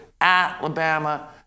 Alabama